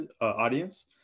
audience